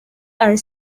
are